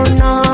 no